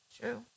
True